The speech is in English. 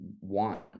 want